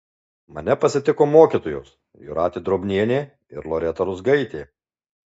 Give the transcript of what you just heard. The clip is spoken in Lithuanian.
mane pasitiko mokytojos jūratė drobnienė ir loreta ruzgaitė